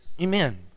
Amen